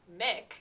Mick